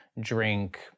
drink